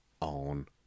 on